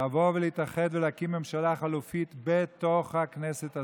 ולהקים ממשלה חלופית בתוך הכנסת הזאת.